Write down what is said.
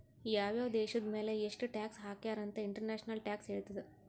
ಯಾವ್ ಯಾವ್ ದೇಶದ್ ಮ್ಯಾಲ ಎಷ್ಟ ಟ್ಯಾಕ್ಸ್ ಹಾಕ್ಯಾರ್ ಅಂತ್ ಇಂಟರ್ನ್ಯಾಷನಲ್ ಟ್ಯಾಕ್ಸ್ ಹೇಳ್ತದ್